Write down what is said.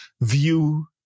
view